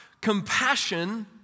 Compassion